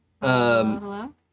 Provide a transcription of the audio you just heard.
Hello